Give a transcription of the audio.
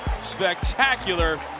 Spectacular